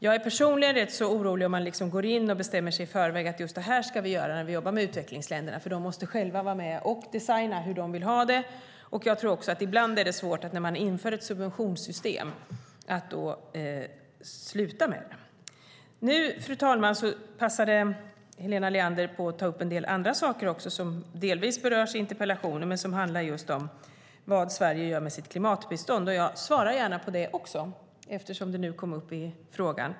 Jag är personligen rätt orolig om man liksom går in och bestämmer sig i förväg för att just så här ska vi göra när vi jobbar med utvecklingsländerna. De måste ju själva vara med och designa hur de vill ha det, och jag tror också att det ibland är svårt att sluta med ett subventionssystem när man har infört det. Fru talman! Helena Leander passade även på att ta upp en del andra saker som delvis berörs i interpellationen och som handlar om vad Sverige gör med sitt klimatbistånd. Jag svarar gärna på det också eftersom det nu kom upp.